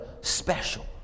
special